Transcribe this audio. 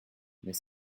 mais